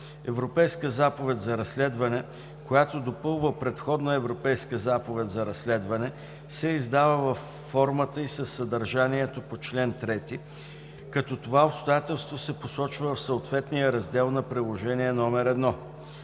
Европейска заповед за разследване, която допълва предходна Европейска заповед за разследване, се издава във формата и със съдържанието по чл. 3, като това обстоятелство се посочва в съответния раздел на приложение № 1.